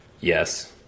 Yes